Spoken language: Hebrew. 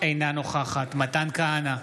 אינה נוכחת מתן כהנא,